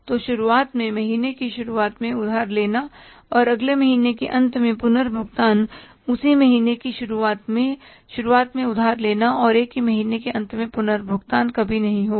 तो शुरुआत में महीने की शुरुआत में उधार लेना और अगले महीने के अंत में पुनर्भुगतान उसी महीने की शुरुआत में शुरुआत में उधार लेना और एक ही महीने के अंत में पुनर्भुगतान कभी नहीं होगा